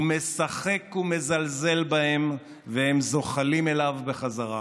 הוא משחק ומזלזל בהם, והם זוחלים אליו בחזרה.